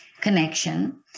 connection